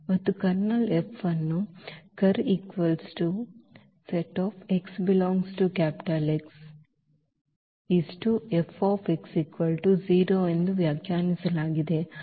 ಮತ್ತು kernel F ಅನ್ನು Ker ಎಂದು ವ್ಯಾಖ್ಯಾನಿಸಲಾಗಿದೆ